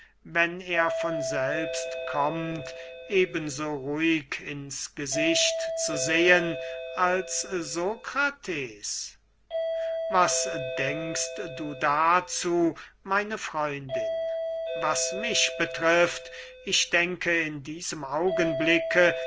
wenn er von selbst kommt eben so ruhig ins gesicht zu sehen als sokrates was denkst du dazu meine freundin was mich betrifft ich denke in diesem augenblicke